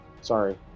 sorry